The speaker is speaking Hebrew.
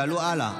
שאלו הלאה,